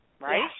Right